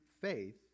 faith